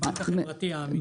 הבנק החברתי האמיתי.